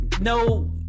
No